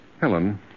Helen